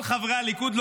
כל חברי הליכוד,